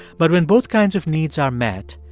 but when both kinds of needs are met,